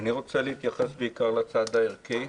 אני רוצה להתייחס בעיקר לצד הערכי.